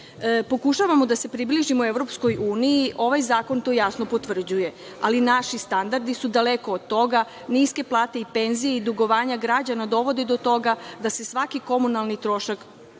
biće. Pokušavamo da se približimo EU i ovaj zakon to jasno potvrđuje, ali naši standardi su daleko od toga. Niske plate i penzije i dugovanja građana dovode do toga da je svaki komunalni trošak